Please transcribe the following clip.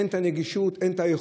אין את הנגישות, אין את היכולות.